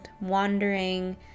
wandering